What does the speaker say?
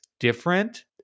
Different